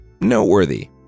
noteworthy